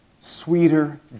sweeter